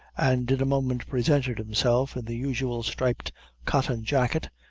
and in a moment presented himself in the usual striped cotton jacket,